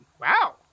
Wow